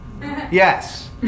Yes